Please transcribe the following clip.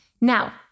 Now